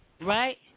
Right